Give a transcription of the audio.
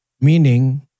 Meaning